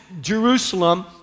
Jerusalem